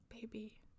Baby